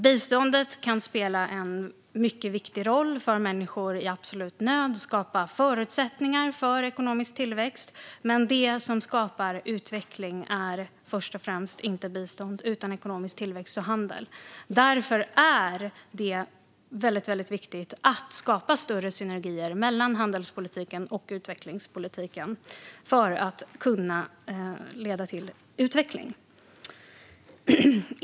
Biståndet kan spela en mycket viktig roll för människor i absolut nöd och skapa förutsättningar för ekonomisk tillväxt, men det som skapar utveckling är inte först och främst bistånd utan ekonomisk tillväxt och handel. Därför är det viktigt att skapa större synergier mellan handelspolitiken och utvecklingspolitiken, så att det kan leda till utveckling.